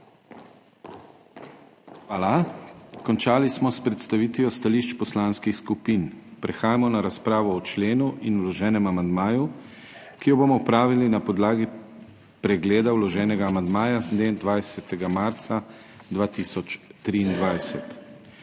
Hvala. Končali smo s predstavitvijo stališč poslanskih skupin. Prehajamo na razpravo o členu in vloženem amandmaju, ki jo bomo opravili na podlagi pregleda vloženega amandmaja z 22. marca 2023.